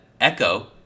Echo